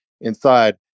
inside